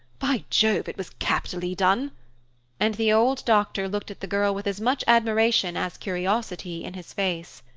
by jove! it was capitally done and the old doctor looked at the girl with as much admiration as curiosity in his face.